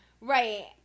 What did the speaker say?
Right